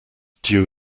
dew